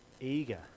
eager